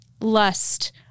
lust